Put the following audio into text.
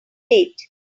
late